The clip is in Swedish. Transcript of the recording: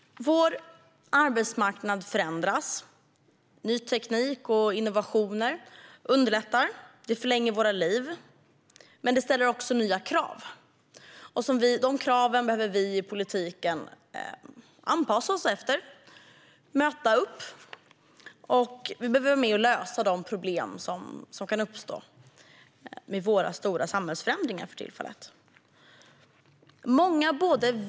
Vår arbetsmarknad förändras. Ny teknik och innovationer underlättar. Det förlänger våra liv, men det ställer också nya krav. De kraven behöver vi i politiken anpassa oss efter och möta, och vi behöver möta de problem som kan uppstå i och med de stora samhällsförändringar som nu sker.